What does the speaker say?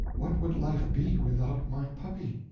what would life be without my puppy!